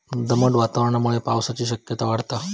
दमट वातावरणामुळे पावसाची शक्यता वाढता